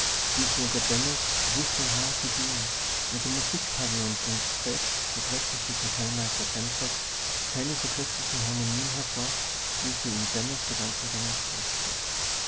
wie sie unter bennos wuschelhaar gediehen und im musikpavillon bringt selbst der treffliche kapellmeister kämpfert keine so köstlichen harmonien hervor wie sie in bennos gedankengängen sproßten